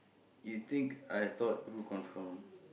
you think I thought who confirm